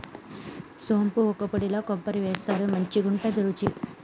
సోంపు వక్కపొడిల కొబ్బరి వేస్తారు మంచికుంటది రుచి